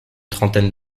trentaine